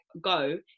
go